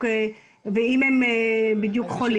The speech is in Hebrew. ואם הם בדיוק חולים?